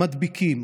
מדביקים.